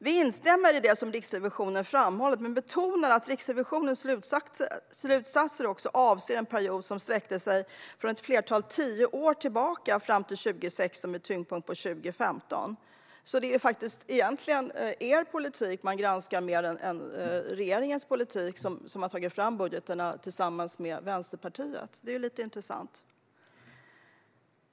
Vi instämmer i det som Riksrevisionen framhållit men betonar att Riksrevisionens slutsatser avser en period som sträcker sig ett tiotal år tillbaka och fram till 2016, med tyngdpunkt på 2015. Så det är den förra alliansregeringens politik som granskas mer än den nuvarande regeringens, som tagits fram tillsammans med Vänsterpartiet. Det är intressant.